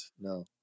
No